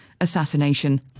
assassination